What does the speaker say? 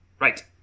Right